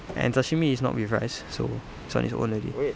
and sashimi is not with rice so on it's own already